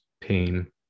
pain